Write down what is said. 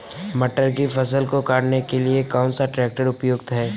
मटर की फसल को काटने के लिए कौन सा ट्रैक्टर उपयुक्त है?